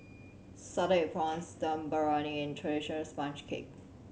salted egg prawns Dum Briyani and traditional sponge cake